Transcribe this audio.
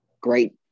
great